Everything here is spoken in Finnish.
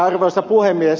arvoisa puhemies